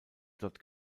dort